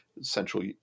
Central